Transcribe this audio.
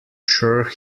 sure